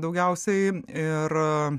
daugiausiai ir